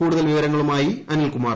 കൂടുതൽ വിവരങ്ങളുമായി അനിൽകുമാർ